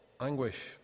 anguish